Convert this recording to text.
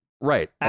Right